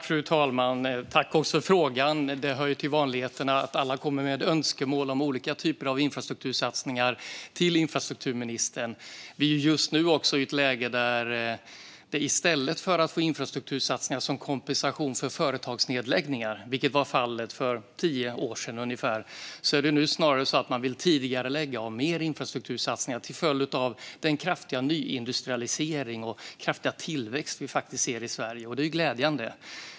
Fru talman! Jag tackar för frågan. Det hör till vanligheterna att alla kommer med önskemål till infrastrukturministern om olika typer av infrastruktursatsningar. Vi är just nu i ett läge där man i stället för att få infrastruktursatsningar som kompensation för företagsnedläggningar, vilket var fallet för ungefär tio år sedan, snarare vill tidigarelägga och ha mer infrastruktursatsningar till följd av den kraftiga nyindustrialisering och tillväxt vi ser i Sverige. Det är glädjande.